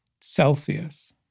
Celsius